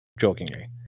jokingly